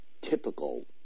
typical